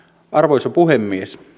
arvoisa puhemies